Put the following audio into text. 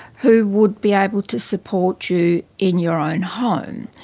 who would be able to support you in your own home.